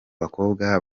bakobwa